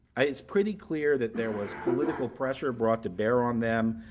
it's pretty clear that there was political pressure brought to bear on them.